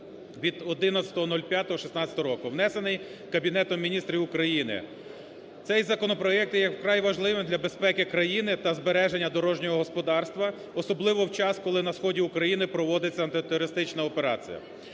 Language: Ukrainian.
від 11.05.2016 року), внесений Кабінетом Міністрів України. Цей законопроект є вкрай важливим для безпеки країни та збереження дорожнього господарства, особливо в час, коли на сході України проводиться антитерористична операція.